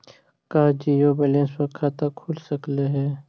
का zero balance पर खाता खुल सकले हे?